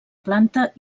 planta